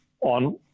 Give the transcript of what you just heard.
on